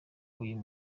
uyu